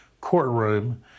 courtroom